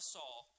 Saul